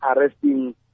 arresting